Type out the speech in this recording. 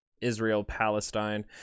Israel-Palestine